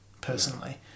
personally